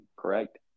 correct